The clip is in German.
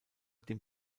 dem